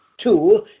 Two